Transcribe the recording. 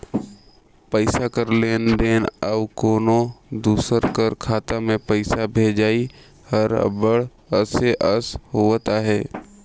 पइसा कर लेन देन अउ कोनो दूसर कर खाता में पइसा भेजई हर अब्बड़ असे अस होवत अहे